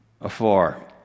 afar